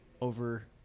over